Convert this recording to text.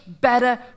better